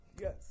Yes